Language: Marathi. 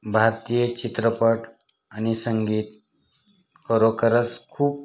भारतीय चित्रपट आणि संगीत खरोखरच खूप